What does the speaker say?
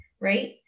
right